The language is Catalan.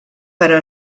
però